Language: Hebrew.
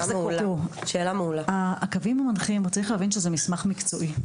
הוא צריך להבין שזהו מסמך מקצועי.